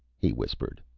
he whispered.